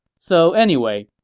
so anyway,